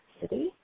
City